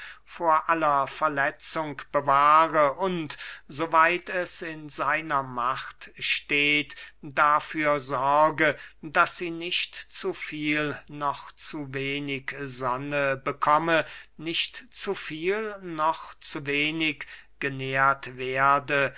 vor aller verletzung bewahre und so weit es in seiner macht steht dafür sorge daß sie nicht zu viel noch zu wenig sonne bekomme nicht zu viel noch zu wenig genährt werde